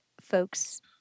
folks